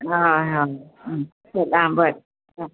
हय हय आं चल बरें